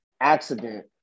accident